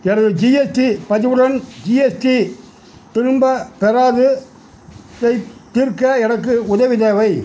எனது ஜிஎஸ்டி பதிவுடன் ஜிஎஸ்டி திரும்பப் பெறாதது ஐத் தீர்க்க எனக்கு உதவி தேவை